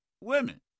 women